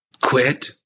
Quit